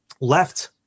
left